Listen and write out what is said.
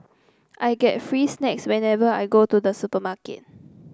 I get free snacks whenever I go to the supermarket